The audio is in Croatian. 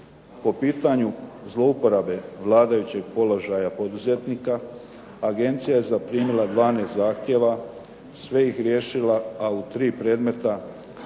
Po pitanju zlouporabe vladajućeg položaja poduzetnika, agencija je zaprimila 12 zahtjeva, sve ih riješila, a u tri predmeta rješenjem